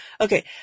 Okay